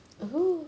mmhmm